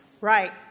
Right